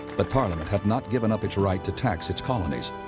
but parliament had not given up its right to tax its colonies.